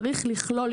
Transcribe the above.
צריך לכלול,